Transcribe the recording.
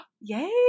Yay